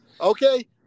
Okay